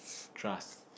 trust